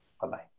Bye-bye